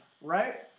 right